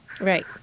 Right